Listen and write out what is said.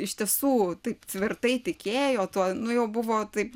iš tiesų taip tvirtai tikėjo tuo nu jau buvo taip